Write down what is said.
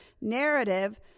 narrative